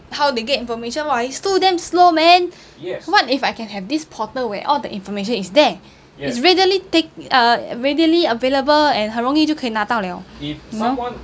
how they get information [what] it's too damn slow man what if I can have this portal where all the information is there it's readily tak~ uh readily available and 很容易就可以拿到了 you know